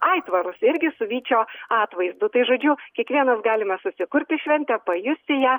aitvarus irgi su vyčio atvaizdu tai žodžiu kiekvienas galime susikurti šventę pajusti ją